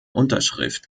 unterschrift